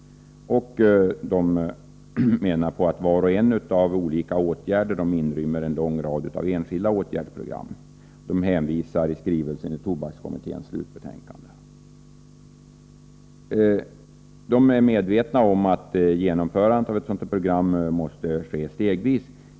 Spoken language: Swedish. Man menar att var och en av de olika åtgärderna inrymmer en lång rad av enskilda åtgärdsprogram. Det hänvisas i skrivelsen till tobakskommitténs slutbetänkande. Man är medveten om att genomförandet av ett sådant här program måste ske stegvis.